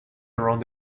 around